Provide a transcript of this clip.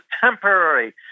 temporary